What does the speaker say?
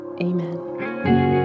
Amen